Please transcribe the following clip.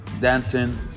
dancing